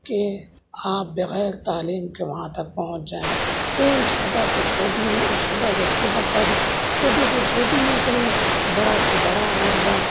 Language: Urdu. کہ آپ بغیر تعلیم کے وہاں تک پہنچ جائیں کوئی چھوٹا سے چھوٹی چھوٹا سے چھوٹا پد چھوٹے سے چھوٹی نوکری بڑا سے بڑا عہدہ